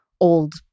old